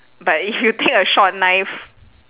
but you take a short knife